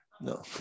No